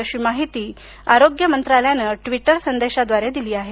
अशी माहिती आरोग्य मंत्रालयानं ट्विटर संदेशाद्वारे दिली आहे